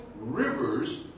rivers